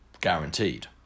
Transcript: guaranteed